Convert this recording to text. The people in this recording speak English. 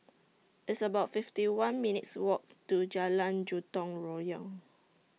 It's about fifty one minutes' Walk to Jalan Gotong Royong